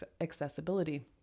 accessibility